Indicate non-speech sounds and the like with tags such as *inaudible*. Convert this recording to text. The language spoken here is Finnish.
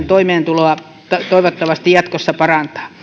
*unintelligible* toimeentuloa toivottavasti jatkossa parantaa